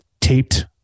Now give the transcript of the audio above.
taped